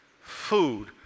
food